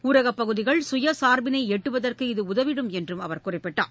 ஊரகப் பகுதிகள் சுயசார்பினைஎட்டுவதற்கு இது உதவிடும் என்றும் அவர் குறிப்பிட்டார்